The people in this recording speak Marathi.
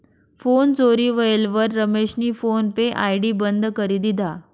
फोन चोरी व्हयेलवर रमेशनी फोन पे आय.डी बंद करी दिधा